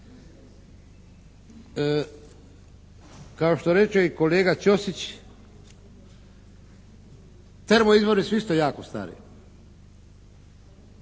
Kao što reče i kolega Ćosić termo izvori su isto jako stari,